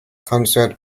concert